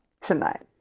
Tonight